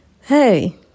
hey